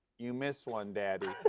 you missed one, daddy.